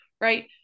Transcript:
right